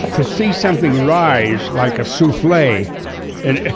to see something rise like a souffle in